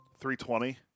320